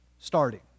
Starting